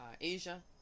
Asia